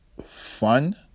fun